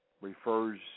refers